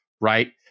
Right